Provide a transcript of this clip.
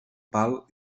pal